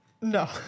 no